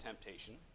temptation